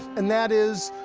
and that is,